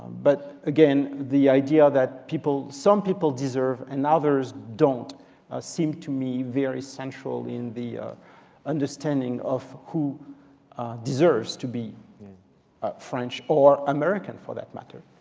but again, the idea that some people deserve and others don't seem to me very central in the understanding of who deserves to be french, or american for that matter.